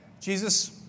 Jesus